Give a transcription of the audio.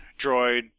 droid